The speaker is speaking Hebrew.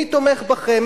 מי תומך בכם,